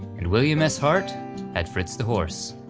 and william s hart had fritz the horse.